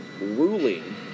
ruling